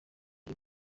ayo